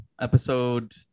Episode